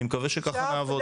אני מקווה שככה נעבוד.